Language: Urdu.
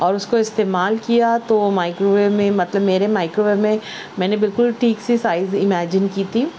اور اس کو استعمال کیا تو مائیکرو ویو میں مطلب میرے مائیکرو ویو میں میں نے بالکل ٹھیک سے سائز امیجن کی تھی